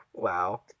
wow